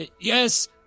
Yes